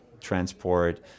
transport